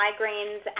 migraines